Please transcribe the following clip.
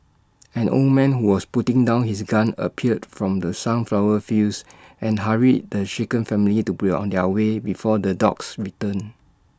an old man who was putting down his gun appeared from the sunflower fields and hurried the shaken family to be on their way before the dogs return